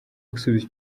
gusubiza